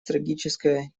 стратегическое